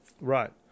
Right